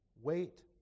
wait